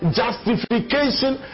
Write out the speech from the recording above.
justification